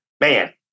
Man